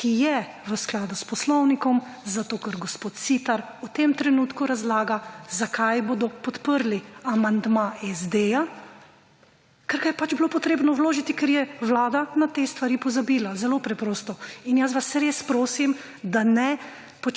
ki je v skladu s Poslovniku zato, ker gospod Siter v tem trenutku razlaga zakaj bodo podprli amandma SD-ja, ker ga je pač bilo potrebno vložiti, ker je Vlada na te stvari pozabila. Zelo preprosto. In jaz vas res prosim, da ne